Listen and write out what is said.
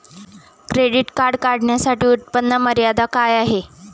Credit card काढण्यासाठी उत्पन्न मर्यादा काय आहे?